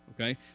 Okay